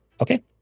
Okay